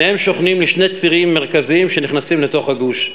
שניהם שוכנים ליד שני צירים מרכזיים שנכנסים לתוך הגוש,